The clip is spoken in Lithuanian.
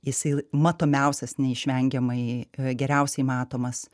jisai matomiausias neišvengiamai geriausiai matomas